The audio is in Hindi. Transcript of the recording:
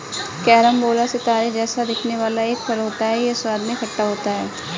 कैरम्बोला सितारे जैसा दिखने वाला एक फल होता है यह स्वाद में खट्टा होता है